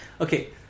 Okay